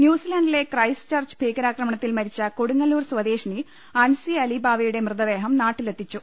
ന്യൂസിലാൻഡിലെ Christchurch ഭീകരാക്രമണ ത്തിൽ മരിച്ച കൊടുങ്ങല്ലൂർ സ്വദേശിനി അൻസി അലിബാവയുടെ മൃതദേഹം നാട്ടിലെത്തിച്ചു